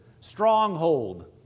stronghold